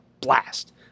blast